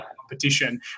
competition